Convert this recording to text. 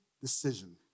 decision